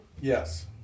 Yes